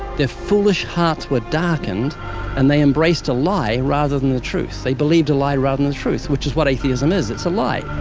their foolish hearts were darkened and they embraced a lie rather than the truth. they believed a lie rather than the truth, which is what atheism is, it's a lie.